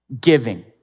giving